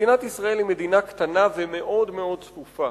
מדינת ישראל היא מדינה קטנה ומאוד מאוד צפופה.